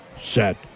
set